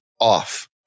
off